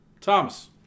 Thomas